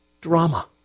drama